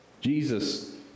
Jesus